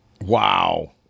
Wow